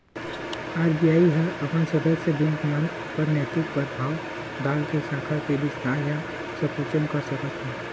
RBI ह अपन सदस्य बेंक मन ऊपर नैतिक परभाव डाल के साख के बिस्तार या संकुचन कर सकथे